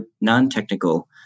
non-technical